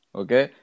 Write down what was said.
okay